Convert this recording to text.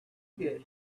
get